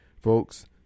Folks